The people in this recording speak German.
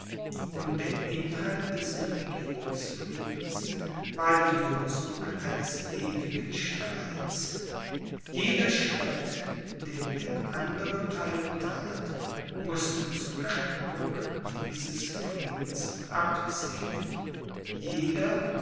und der inhalt des religionsfriedens war die losung eines ewigen streits jeder schritt den der andere theil that mußte zu kränkung dieses friedens abzielen jeder